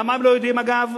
למה הם לא יודעים, אגב?